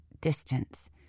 distance